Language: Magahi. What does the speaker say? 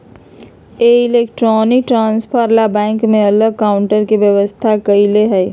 एलेक्ट्रानिक ट्रान्सफर ला बैंक में अलग से काउंटर के व्यवस्था कएल हई